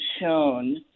shown